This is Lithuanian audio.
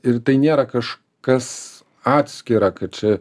ir tai nėra kažkas atskira kad čia